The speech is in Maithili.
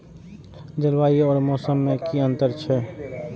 जलवायु और मौसम में कि अंतर छै?